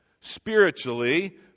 spiritually